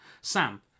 Sam